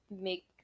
make